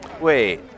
Wait